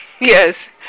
Yes